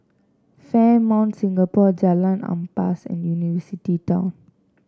Fairmont Singapore Jalan Ampas and University Town